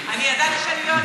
אני ידעתי שאני לא,